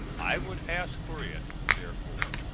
i would ask for it, therefore,